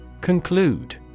Conclude